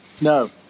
No